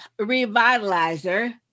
Revitalizer